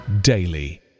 daily